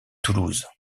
toulouse